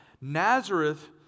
Nazareth